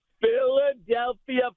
Philadelphia